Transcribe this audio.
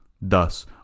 Thus